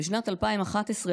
בשנת 2011,